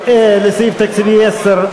לסעיף 10,